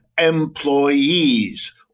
employees